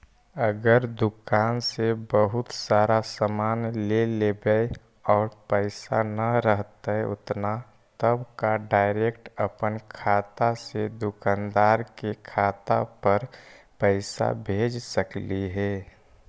अगर दुकान से बहुत सारा सामान ले लेबै और पैसा न रहतै उतना तब का डैरेकट अपन खाता से दुकानदार के खाता पर पैसा भेज सकली हे?